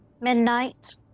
Midnight